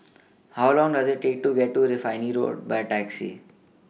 How Long Does IT Take to get to Refinery Road By Taxi